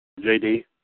JD